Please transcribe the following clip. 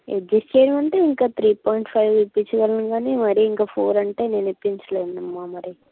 adjust చెయ్యడం అంటే ఇంకా త్రీ పాయింట్ ఫైవ్ ఇప్పించగలం కానీ మరి ఇంకా ఫోర్ అంటే నేను ఇప్పించలేనమ్మ మరి